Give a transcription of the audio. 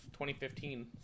2015